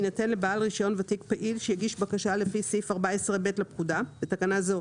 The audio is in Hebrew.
יינתן לבעל רישיון ותיק פעיל שיגיש בקשה לפי סעיף 14ב לפקודה (בתקנה זו,